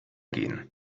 gehen